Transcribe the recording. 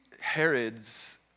Herod's